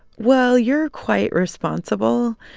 well, you're quite responsible,